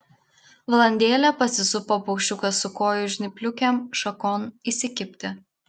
valandėlę pasisupo paukščiukas su kojų žnypliukėm šakon įsikibti